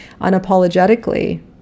unapologetically